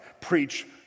preach